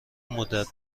مدّت